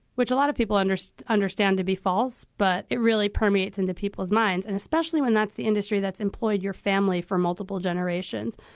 which a lot of people underst understand to be false. but it really permeates into people's minds, and especially when that's the industry that's employed your family for multiple generations,